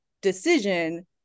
decision